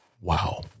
wow